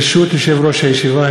ברשות יושב-ראש הישיבה,